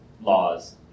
laws